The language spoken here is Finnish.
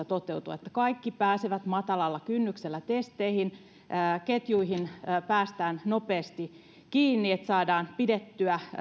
toteutua niin että kaikki pääsevät matalalla kynnyksellä testeihin ja ketjuihin päästään nopeasti kiinni että saadaan pidettyä